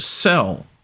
sell